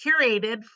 curated